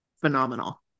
phenomenal